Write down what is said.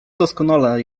doskonale